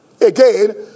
again